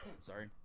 Sorry